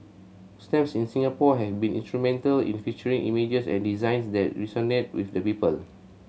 stamps in Singapore have been instrumental in featuring images and designs that resonate with the people